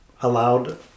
allowed